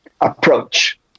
approach